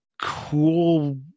cool